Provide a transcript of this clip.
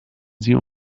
sie